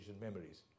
memories